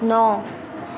नौ